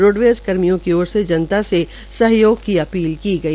roadways कर्मियों की ओर से जनता से सहयोग की अपील भी की गई